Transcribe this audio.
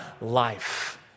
life